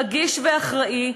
רגיש ואחראי,